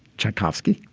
tchaikovsky.